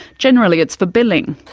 generally it's for billing,